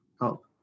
help